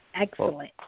excellent